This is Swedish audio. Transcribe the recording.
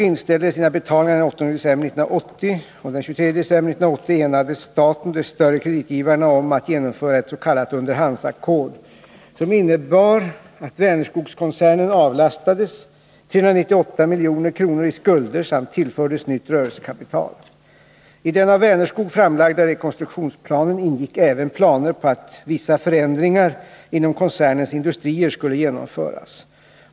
december 1980 enades staten och de större kreditgivarna om att genomföra ett s.k. underhandsackord, som innebar att Vänerskogskoncernen avlastades 398 milj.kr. i skulder samt tillfördes nytt rörelsekapital. I den av Vänerskog framlagda rekonstruktionsplanen ingick även planer på att vissa förändringar inom koncernens industrier skulle genomföras.